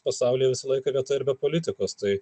pasauly visą laiką vieta ir be politikos tai